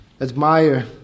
Admire